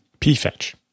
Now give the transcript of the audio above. Pfetch